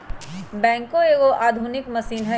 backhoe एगो आधुनिक machine हइ